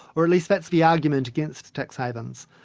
or at least that's the argument against tax havens,